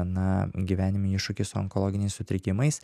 na gyvenime iššūkį su onkologiniais sutrikimais